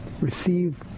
receive